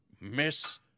Miss